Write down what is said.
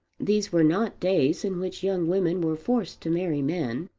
these were not days in which young women were forced to marry men.